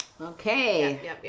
okay